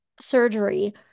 surgery